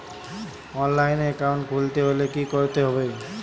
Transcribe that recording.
অনলাইনে একাউন্ট খুলতে হলে কি করতে হবে?